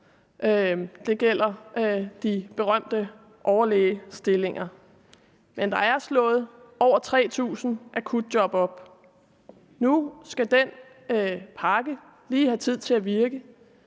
Det gælder de berømte overlægestillinger. Men der er slået over 3.000 akutjob op. Nu skal den pakke lige have tid til at virke.